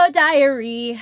diary